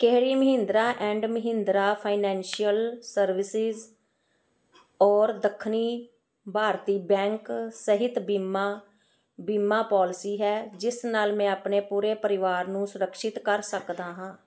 ਕਿਹੜੀ Mahindra and Mahindra financial services ਔਰ ਦੱਖਣੀ ਭਾਰਤੀ ਬੈਂਕ ਸਿਹਤ ਬੀਮਾ ਬੀਮਾ ਪਾਲਿਸੀ ਹੈ ਜਿਸ ਨਾਲ ਮੈਂ ਆਪਣੇ ਪੂਰੇ ਪਰਿਵਾਰ ਨੂੰ ਸੁਰਿਕਸ਼ਿਤ ਕਰ ਸਕਦਾ ਹਾਂ